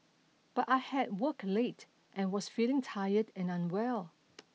but I had worked late and was feeling tired and unwell